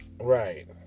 right